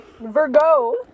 Virgo